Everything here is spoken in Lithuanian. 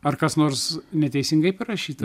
ar kas nors neteisingai parašyta